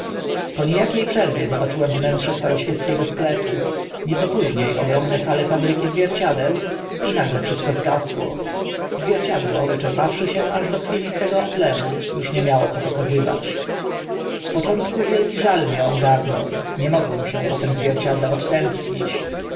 po nie akie przerwie zobaczyłem wnętrze staroświeckiego sklepu nieco późnie ogromne sale fabryki zwierciadeł i nagle wszystko zgasło zwierciadło wyczerpawszy się aż do chwili swo ego odlewu uż nie miało co pokazywać z początku wielki żal mię ogarnął nie mogłem się po tym zwierciedle odtęsknić